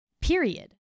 period